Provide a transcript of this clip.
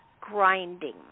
grinding